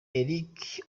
eric